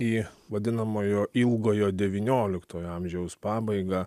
į vadinamojo ilgojo devynioliktojo amžiaus pabaigą